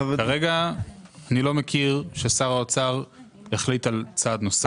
כרגע אני לא מכיר ששר האוצר החליט על צעד נוסף.